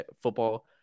Football